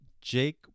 Jake